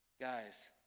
Guys